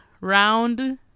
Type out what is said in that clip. round